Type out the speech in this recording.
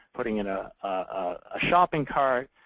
putting in a ah shopping cart,